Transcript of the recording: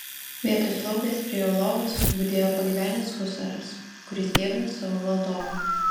vietoj slaugės prie jo lovos budėjo pagyvenęs husaras kuris dievino savo valdovą